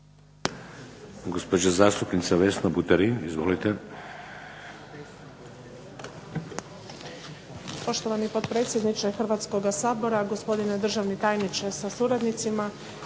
gospodine državni tajniče sa suradnicima,